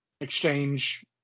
exchange